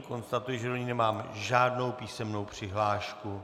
Konstatuji, že do ní nemám žádnou písemnou přihlášku.